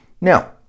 now